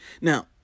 Now